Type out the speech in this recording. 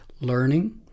learning